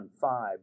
five